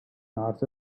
not